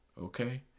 Okay